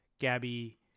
Gabby